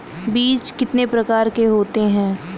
बीज कितने प्रकार के होते हैं?